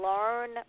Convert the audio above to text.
learn